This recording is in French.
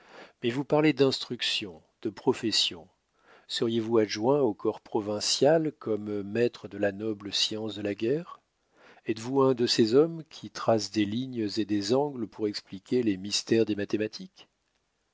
mais vous parlez d'instruction de profession seriez-vous adjoint au corps provincial comme maître de la noble science de la guerre êtes-vous un de ces hommes qui tracent des lignes et des angles pour expliquer les mystères des mathématiques